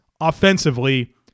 offensively